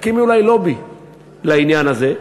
תקימי אולי לובי לעניין הזה.